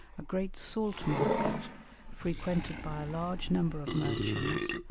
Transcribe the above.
a great salt-market frequented by a large number of merchants,